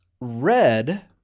Red